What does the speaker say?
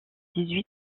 huit